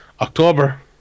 October